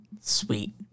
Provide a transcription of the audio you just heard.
Sweet